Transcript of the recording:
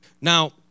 Now